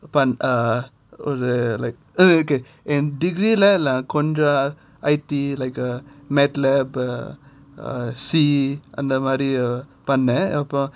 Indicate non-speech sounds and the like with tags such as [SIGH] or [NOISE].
err ஒரு:oru like [NOISE] okay and degree லாம் இல்ல:lam illa I_T like uh madlab uh sea அந்த மாதிரி பண்ணேன்:adhu madhiri pannen